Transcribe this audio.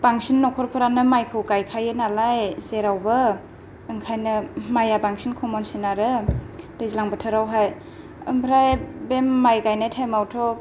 बांसिन नख'रफोरानो माइखौ गायखायो नालाय जेरावबो ओंखायनो माइया बांसिन कमन सिन आरो दैज्लां बोथोरावहाय ओमफ्राय बे माइ गायनाय टाइम आवथ'